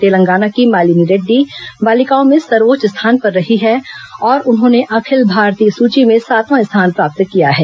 तेलंगाना की मालिनी रेड्डी बालिकाओं में सर्वोच्च स्थान पर रही है और उन्होंने अखित भारतीय सूची में सातवां स्थान प्राप्त किया है